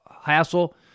hassle